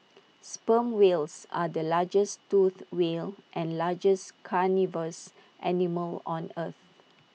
sperm whales are the largest toothed whales and largest carnivorous animals on earth